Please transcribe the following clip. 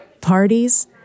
parties